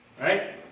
Right